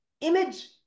Image